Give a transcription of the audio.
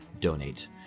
donate